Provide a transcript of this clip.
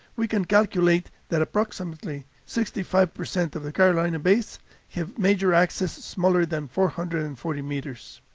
we can calculate that approximately sixty five percent of the carolina bays have major axes smaller than four hundred and forty meters.